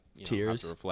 Tears